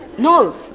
No